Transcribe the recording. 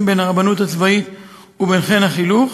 בין הרבנות הצבאית ובין חיל החינוך,